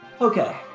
Okay